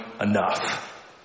enough